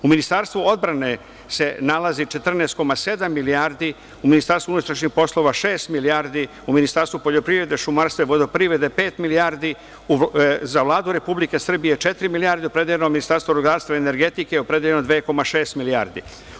U Ministarstvu odbrane se nalazi 14,7 milijardi, u Ministarstvu unutrašnjih poslova šest milijardi, u Ministarstvu poljoprivrede, šumarstva i vodoprivrede pet milijardi, za Vladu Republike Srbije četiri milijarde je opredeljeno, Ministarstvo rudarstva i energetike opredeljeno je 2,6 milijardi.